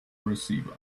receiver